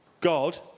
God